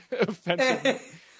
offensive